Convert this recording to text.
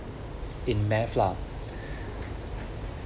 in math lah